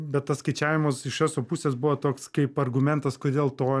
bet tas skaičiavimas iš eso pusės buvo toks kaip argumentas kodėl to